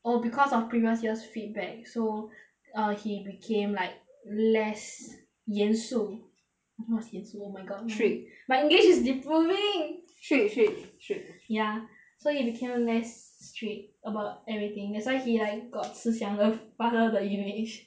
oh because of previous years feedback so uh he became like less 严肃 what's 严肃 oh my god strict oh my god my english is deproving strict strict strict ya so he become less strict about everything that's why he got like 慈祥的 father 的 image